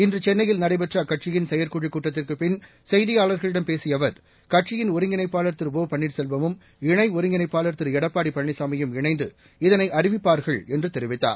இன்று சென்னையில் நடைபெற்ற அக்கட்சியின் செயற்குழுக் கூட்டத்திற்குப் பின் செய்தியாளர்களிடம் பேசிய அவர் கட்சியின் ஒருங்கிணைப்பாளர் திரு ஒ பன்னீர்செல்வமும் இணை ஒருங்கிணைப்பாளர் திரு எடப்பாடி பழனிசாமியும் இணைந்து இதளை அறிவிப்பார்கள் என்ற தெரிவித்தார்